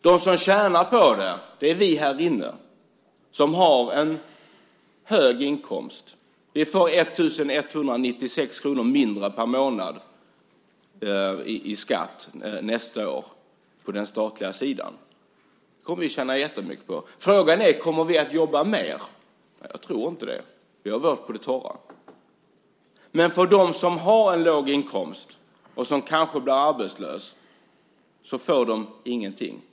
De som tjänar på förslaget är vi här inne, som har en hög inkomst. Vi får 1 196 kr mindre per månad i skatt nästa år på den statliga sidan. Det kommer vi att tjäna jättemycket på. Frågan är: Kommer vi att jobba mer? Jag tror inte det. Vi har vårt på det torra. Men de som har en låg inkomst och kanske blir arbetslösa får ingenting.